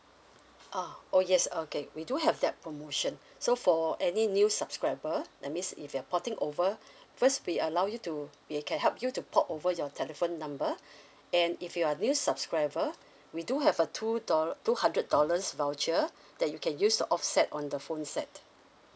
ah oh yes okay we do have that promotion so for any new subscriber that means if you are porting over first we allow you to we'll can help you to port over your telephone number and if you are new subscriber we do have a two doll~ two hundred dollars voucher that you can use to offset on the phone set